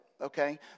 Okay